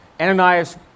Ananias